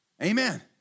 Amen